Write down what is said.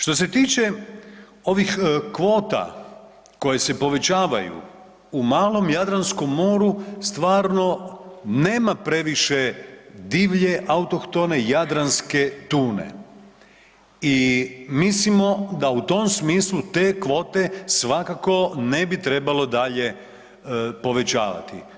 Što se tiče ovih kvota koje se povećavaju u malom Jadranskom moru stvarno nema previše divlje autohtone jadranske tune i mislim da u tom smislu te kvote svakako ne bi trebalo dalje povećavati.